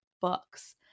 books